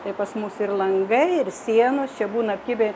tai pas mus ir langai ir sienos čia būna apkibę